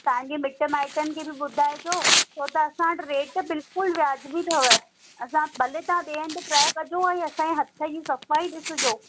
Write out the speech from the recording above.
तव्हां जे मिटु माइटनि खे बि ॿुधाइजो छो त असां वटि रेट बिल्कुलु वाजिबी अथव असां भले तव्हां ॿिए हंधि ट्राए कजो ऐं असांजे हथ जी सफाई ॾिसिजो